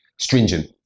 stringent